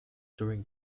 during